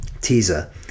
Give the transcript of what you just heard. teaser